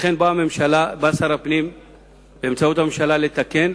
לכן בא שר הפנים באמצעות הממשלה לתקן,